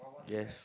yes